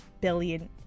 billion